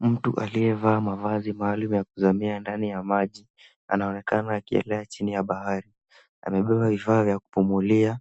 Mtu aliyevaa mavazi maalum ya kuzamia ndani ya maji anaonekana akielea chini ya bahari. Amebeba vifaa vya kupumulia.